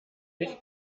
ich